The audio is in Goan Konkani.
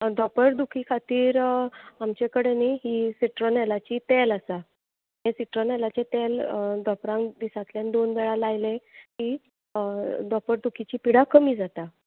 धोंपर दुखी खातीर आमचे कडेन न्हय ही सिट्रनॅलाची तेल आसा हें सिट्रनॅलाचें तेल धोंपरांक दिसातल्यान दोन वेळा लायलें की धोंपर दुकिची पिडा कमी जाता